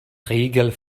riegel